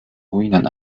ruinen